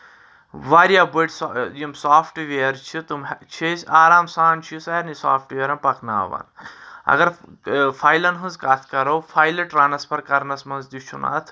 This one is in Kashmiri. واریاہ بٔڑۍ یِم سوفٹہٕ وِیر چھِ تِم چھِ أسۍ آرام سان چھِ یہِ سارنٕے سافٹہٕ ویرن پکناوان اگر فایلن ہٕنٛز کتھ کرو فایلہٕ ٹرانسفر کرنس منٛز تہِ چھُنہٕ اَتھ